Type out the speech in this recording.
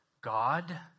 God